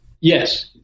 Yes